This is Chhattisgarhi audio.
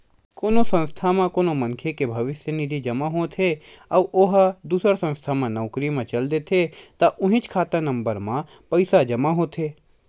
कोनो संस्था म कोनो मनखे के भविस्य निधि जमा होत हे अउ ओ ह दूसर संस्था म नउकरी म चल देथे त उहींच खाता नंबर म पइसा जमा होथे